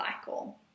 cycle